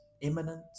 imminent